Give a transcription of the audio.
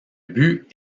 but